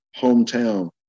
hometown